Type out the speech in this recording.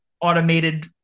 automated